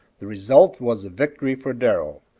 the result was a victory for darrell,